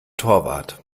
torwart